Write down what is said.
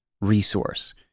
resource